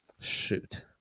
shoot